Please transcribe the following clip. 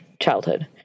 childhood